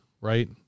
right